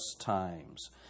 times